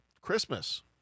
Christmas